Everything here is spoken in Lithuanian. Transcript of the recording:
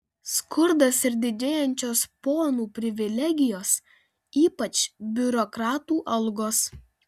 skurdas ir didėjančios ponų privilegijos ypač biurokratų algos